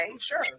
sure